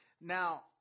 now